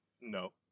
No